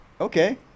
Okay